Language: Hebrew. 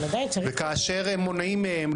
כאשר מונעים מהם,